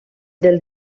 del